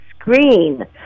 screen